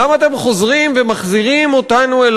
למה אתם חוזרים ומחזירים אותנו אל